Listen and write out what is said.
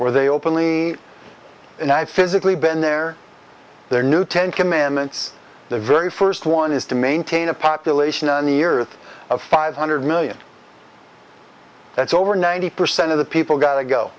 where they openly and i physically been there their new ten commandments the very first one is to maintain a population on the earth of five hundred million that's over ninety percent of the people got to go